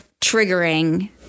triggering